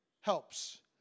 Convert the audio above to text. helps